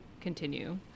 continue